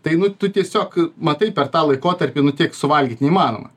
tai nu tu tiesiog matai per tą laikotarpį nu tiek suvalgyt neįmanoma